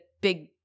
big